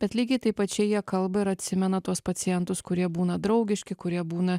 bet lygiai taip pačiai jie kalba ir atsimena tuos pacientus kurie būna draugiški kurie būna